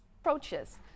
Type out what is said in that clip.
Approaches